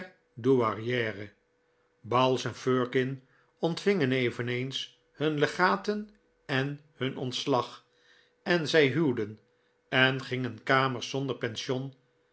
douairiere bowles en firkin ontvingen eveneens hun legaten en hun ontslag en zij huwden en gingen kamers zonder pension